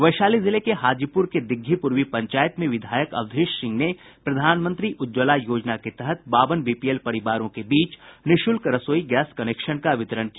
वैशाली जिले के हाजीपुर के दीग्घी पूर्वी पंचायत में विधायक अवधेश सिंह ने प्रधानमंत्री उज्ज्वला योजना के तहत बावन बीपीएल परिवारों के बीच निःशुल्क रसोई गैस कनेक्शन का वितरण किया